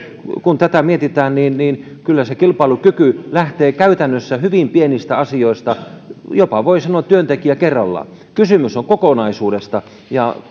kun tätä mietitään se kilpailukyky lähtee käytännössä hyvin pienistä asioista jopa voi sanoa työntekijä kerrallaan kysymys on kokonaisuudesta ja